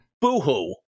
Boo-hoo